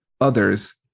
others